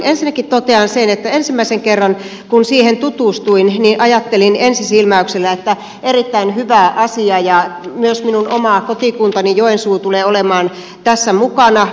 ensinnäkin totean sen että ensimmäisen kerran kun siihen tutustuin niin ajattelin ensi silmäyksellä että erittäin hyvä asia ja myös minun oma kotikuntani joensuu tulee olemaan tässä mukana